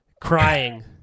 crying